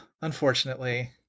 unfortunately